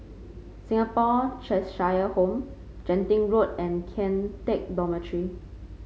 Singapore Cheshire Home Genting Road and Kian Teck Dormitory